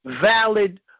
valid